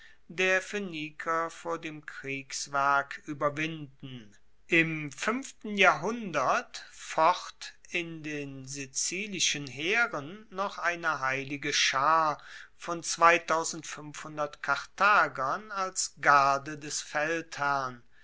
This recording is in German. der phoeniker vor dem kriegswerk ueberwinden im fuenften jahrhundert focht in den sizilischen heeren noch eine heilige schar von karthagern als garde des feldherrn